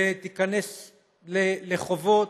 ותיכנס לחובות,